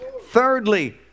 Thirdly